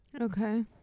Okay